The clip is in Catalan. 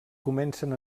comencen